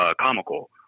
comical